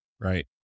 Right